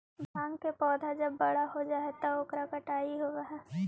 भाँग के पौधा जब बड़ा हो जा हई त ओकर कटाई होवऽ हई